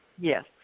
Yes